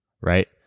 right